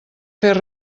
fer